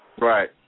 Right